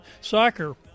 soccer